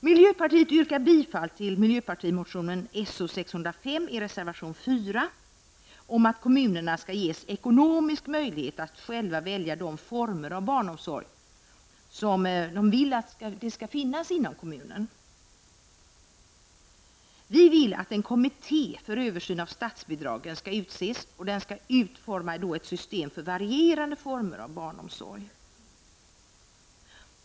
Miljöpartiet yrkar bifall till mp-motion So605 i reservation 4, som går ut på att kommunerna skall ges ekonomisk möjlighet att själva välja de former av barnomsorg som de vill skall finnas inom kommunen. Vi vill att en kommitté för översyn av statsbidragen skall utses som utformar ett system för varierande former av barnomsorg.